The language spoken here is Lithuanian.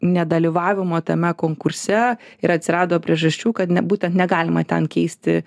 nedalyvavimo tame konkurse ir atsirado priežasčių kad būtent negalima ten keisti